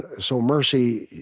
ah so mercy,